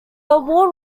award